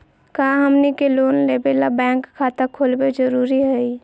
का हमनी के लोन लेबे ला बैंक खाता खोलबे जरुरी हई?